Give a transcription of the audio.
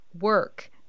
work